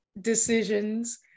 decisions